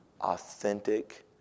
authentic